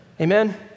Amen